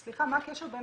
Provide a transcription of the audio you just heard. סליחה, מה הקשר בין